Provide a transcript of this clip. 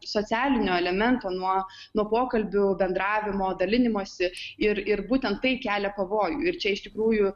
socialinio elemento nuo nuo pokalbių bendravimo dalinimosi ir ir būtent tai kelia pavojų ir čia iš tikrųjų